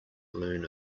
learn